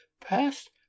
passed